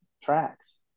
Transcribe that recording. tracks